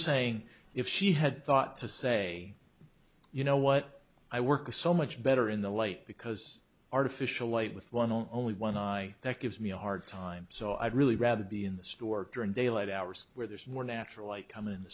saying if she had thought to say you know what i work so much better in the light because artificial light with one and only one eye that gives me a hard time so i'd really rather be in the store during daylight hours where there's more natural light coming in the